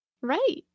Right